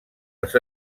les